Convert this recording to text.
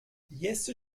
jesse